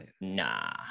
nah